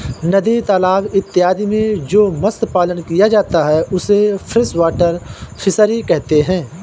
नदी तालाब इत्यादि में जो मत्स्य पालन किया जाता है उसे फ्रेश वाटर फिशरी कहते हैं